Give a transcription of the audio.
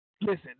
listen